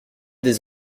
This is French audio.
des